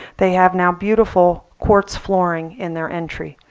they have now beautiful quartz flooring in their entry.